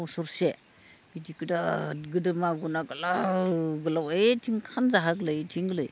बोसोरसे बिदि गिदिर गिदिर मागुर ना गोलाव गोलाव ओयथिं सानजाहा गोलैथिं गोलै